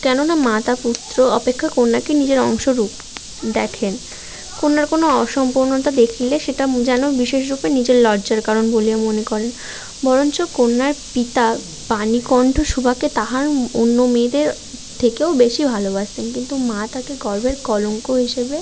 কেননা মাতা পুত্র অপেক্ষা কন্যাকে নিজের অংশরূপ দেখেন কন্যার কোনো অসম্পূর্ণতা দেখলে সেটা যেন বিশেষরূপে নিজের লজ্জার কারণ বলে মনে করেন বরঞ্চ কন্যার পিতা বাণীকন্ঠ সুভাকে তাহার অন্য মেয়েদের থেকেও বেশি ভালোবাসতেন কিন্তু মা তাকে গর্ভের কলঙ্ক হিসেবে